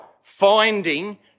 finding